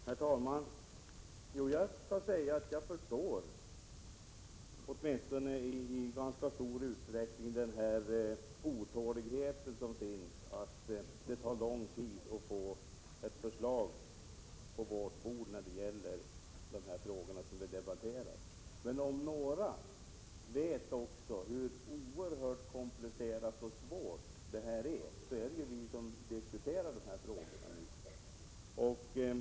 Herr talman! Jag förstår i ganska stor utsträckning den otålighet som förekommer på grund av att det tar lång tid att få ett förslag i de frågor som vi debatterar nu. Men om några vet hur oerhört komplicerat och svårt detta är, är det vi som diskuterar dessa frågor.